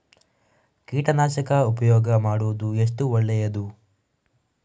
ಕೀಟನಾಶಕ ಉಪಯೋಗ ಮಾಡುವುದು ಎಷ್ಟು ಒಳ್ಳೆಯದು?